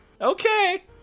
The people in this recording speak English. okay